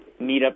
meetup